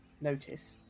notice